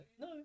No